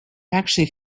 actually